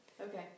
okay